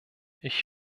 ich